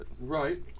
Right